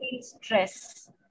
stress